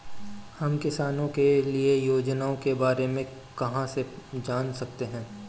हम किसानों के लिए योजनाओं के बारे में कहाँ से जान सकते हैं?